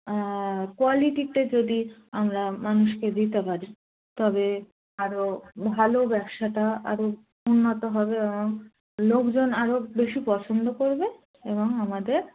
কোয়ালিটিতে যদি আমরা মানুষকে দিতে পারি তবে আরও ভালো ব্যবসাটা আরও উন্নত হবে এবং লোকজন আরও বেশি পছন্দ করবে এবং আমাদের